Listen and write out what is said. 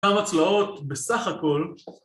‫כמה צלעות בסך הכול.